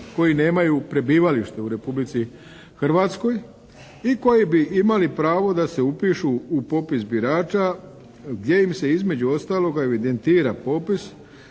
koji nemaju prebivalište u Republici Hrvatskoj i koji bi imali pravo da se upišu u popis birača gdje im se između ostaloga evidentira popis